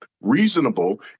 reasonable